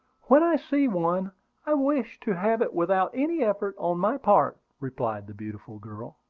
when i see one i wish to have it without any effort on my part, replied the beautiful girl.